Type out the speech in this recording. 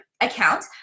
account